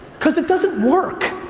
cause it doesn't work.